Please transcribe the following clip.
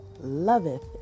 loveth